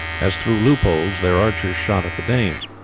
as through loopholes, their archers shot at the danes.